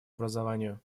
образованию